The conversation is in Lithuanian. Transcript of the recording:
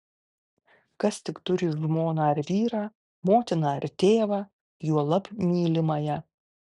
kas tik turi žmoną ar vyrą motiną ar tėvą juolab mylimąją